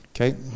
okay